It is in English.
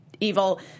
evil